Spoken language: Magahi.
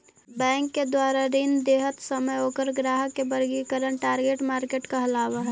बैंक के द्वारा ऋण देइत समय ओकर ग्राहक के वर्गीकरण टारगेट मार्केट कहलावऽ हइ